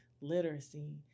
literacy